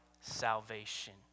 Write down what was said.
salvation